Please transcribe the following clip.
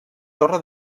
torre